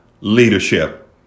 leadership